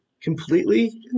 completely